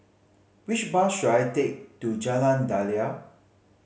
which bus should I take to Jalan Daliah